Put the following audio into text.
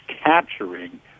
capturing